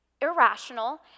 irrational